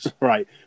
Right